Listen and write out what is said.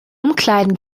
umkleiden